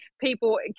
people